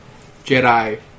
Jedi